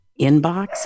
inbox